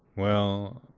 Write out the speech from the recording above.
well,